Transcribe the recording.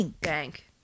Bank